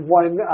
one